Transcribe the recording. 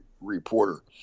reporter